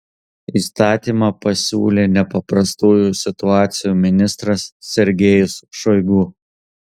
įstatymą pasiūlė nepaprastųjų situacijų ministras sergejus šoigu